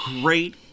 great